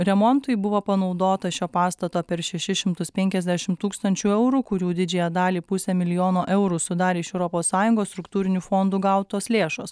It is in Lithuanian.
remontui buvo panaudota šio pastato per šešis šimtus penkiasdešim tūkstančių eurų kurių didžiąją dalį pusę milijono eurų sudarė iš europos sąjungos struktūrinių fondų gautos lėšos